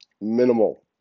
minimal